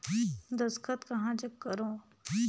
दस्खत कहा जग करो?